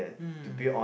hmm